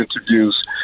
interviews